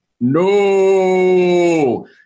no